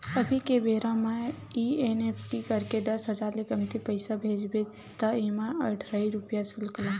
अभी के बेरा म एन.इ.एफ.टी करके दस हजार ले कमती पइसा भेजबे त एमा अढ़हइ रूपिया सुल्क लागथे